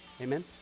Amen